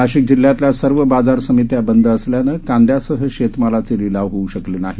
नाशिकजिल्ह्यातल्यासर्वबाजारसमित्याबंदअसल्यानंकांद्यासहशेतमालाचेलिलावहोऊशकलेनाही